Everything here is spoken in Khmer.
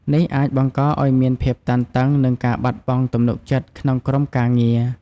នេះអាចបង្កឱ្យមានភាពតានតឹង និងការបាត់បង់ទំនុកចិត្តក្នុងក្រុមការងារ។